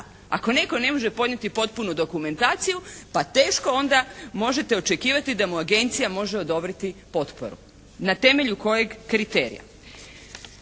Ako netko ne može podnijeti potpunu dokumentaciju pa teško onda možete očekivati da mu agencija može odobriti potporu na temelju kojeg kriterija.